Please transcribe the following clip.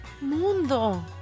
Mundo